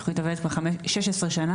התוכנית עובדת כבר 16 שנה.